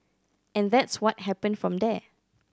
and that's what happened from there